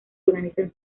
organizan